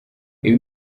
ibi